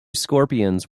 scorpions